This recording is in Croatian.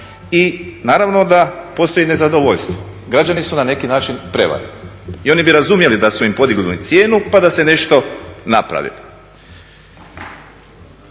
i naravno da postoji nezadovoljstvo. Građani su na neki način prevareni i oni bi razumjeli da su im podignuli cijenu pa da se nešto napravi.